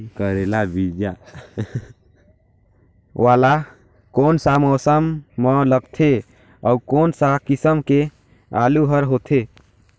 करेला बीजा वाला कोन सा मौसम म लगथे अउ कोन सा किसम के आलू हर होथे?